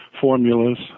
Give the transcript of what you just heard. formulas